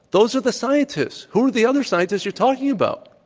those are the scientists. who are the other scientists you're talking about?